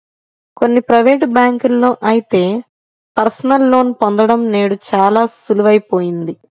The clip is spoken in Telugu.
కొన్ని ప్రైవేటు బ్యాంకుల్లో అయితే పర్సనల్ లోన్ పొందడం నేడు చాలా సులువయిపోయింది